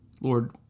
Lord